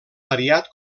variat